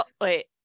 Wait